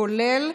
כולל,